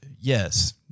yes